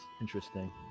interesting